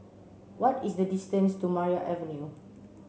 what is the distance to Maria Avenue